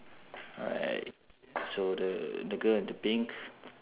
alright so the the girl with the pink